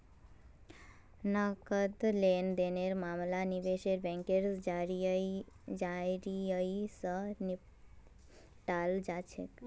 नकद लेन देनेर मामला निवेश बैंकेर जरियई, स निपटाल जा छेक